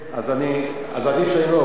אם אתה לא תאמר מה שהוא אמר, אז הוא טעה.